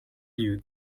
you